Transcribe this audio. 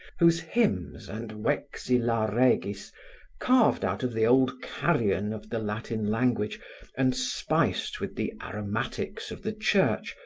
whose hymns and vexila regis, carved out of the old carrion of the latin language and spiced with the aromatics of the church,